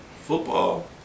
football